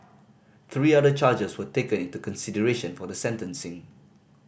three other charges were taken into consideration for the sentencing